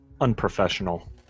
Unprofessional